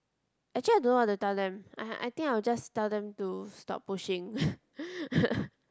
actually I don't want to tell them I I think I will just tell them to stop pushing